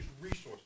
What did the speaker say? resources